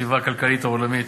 בסביבה הכלכלית העולמית.